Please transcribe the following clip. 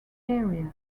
area